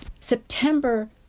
September